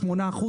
8%,